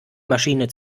maschine